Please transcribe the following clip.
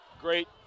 great